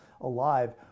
alive